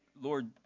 Lord